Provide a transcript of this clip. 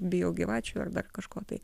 bijau gyvačių ar dar kažko tai